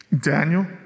Daniel